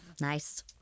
Nice